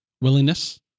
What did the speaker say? willingness